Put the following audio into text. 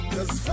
Cause